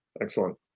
Excellent